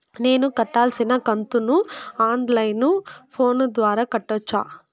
నేను కట్టాల్సిన కంతును ఆన్ లైను ఫోను ద్వారా కట్టొచ్చా?